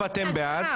הצבעה בעד,